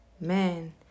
Man